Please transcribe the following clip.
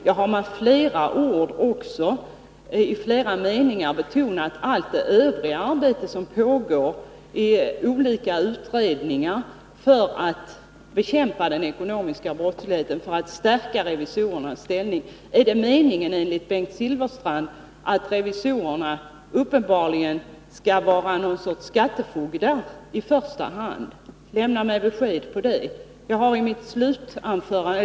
Jag betonade i mitt anförande i flera meningar allt det övriga arbete som pågår i olika utredningar för att bekämpa den ekonomiska brottsligheten och stärka revisorernas ställning. Är det enligt Bengt Silvferstrand meningen att revisorerna i första hand skall vara något slags skattefogdar? Lämna mig ett besked på den punkten!